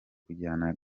kujyana